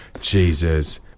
Jesus